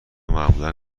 معمولا